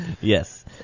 Yes